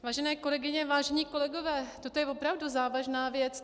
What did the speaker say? Vážené kolegyně, vážení kolegové, toto je opravdu závažná věc.